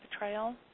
betrayal